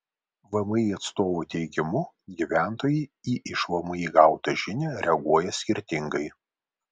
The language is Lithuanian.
vmi atstovo teigimu gyventojai į iš vmi gautą žinią reaguoja skirtingai